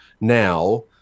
now